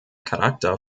charakter